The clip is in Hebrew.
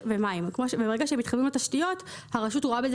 כאשר מתחברים לתשתיות הרשות רואה בזה